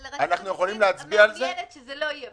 אבל רשות המיסים מעוניינת שזה לא יהיה.